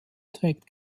trägt